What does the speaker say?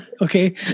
Okay